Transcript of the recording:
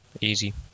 easy